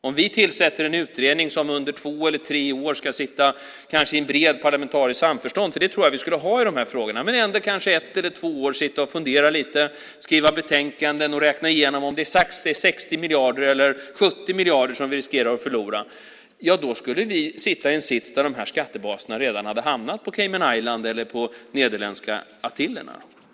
Om vi tillsätter en utredning som under ett, två eller tre år kanske ska sitta i ett brett parlamentariskt samförstånd - för det tror jag vi skulle ha i de här frågorna - och fundera lite, skriva betänkanden och räkna igenom om det är 60 miljarder eller 70 miljarder som vi riskerar att förlora, ja, då skulle vi hamna i en sits där de här skattebaserna redan är på Cayman Island eller på Nederländska Antillerna.